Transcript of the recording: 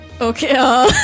Okay